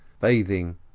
bathing